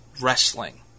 wrestling